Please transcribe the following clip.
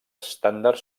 estàndard